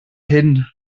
hin